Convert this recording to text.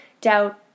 doubt